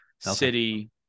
city